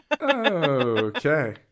Okay